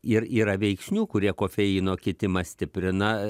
ir yra veiksnių kurie kofeino kitimą stiprina